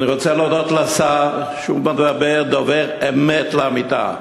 אני רוצה להודות לשר, שהוא דובר אמת לאמיתה,